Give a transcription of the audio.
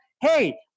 Hey